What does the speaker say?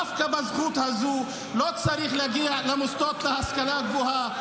דווקא בזכות הזו לא צריך להגיע למוסדות להשכלה גבוהה.